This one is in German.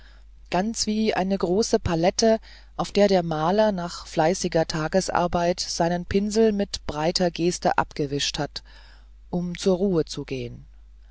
ganz wie eine große palette auf der der maler nach fleißiger tagesarbeit seine pinsel mit breiter geste abgewischt hat um zur ruhe zu gehen